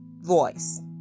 voice